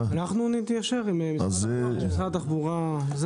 אנחנו נתיישר עם משרד התחבורה.